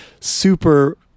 super